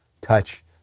touch